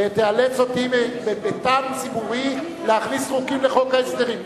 תאלץ אותי מטעם ציבורי להכניס חוקים לחוק ההסדרים,